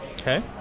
Okay